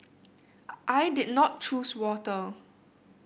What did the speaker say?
I did not choose water